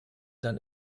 dann